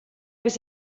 was